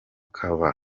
kakaba